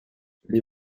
les